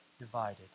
divided